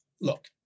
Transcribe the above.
look